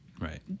right